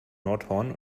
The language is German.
nordhorn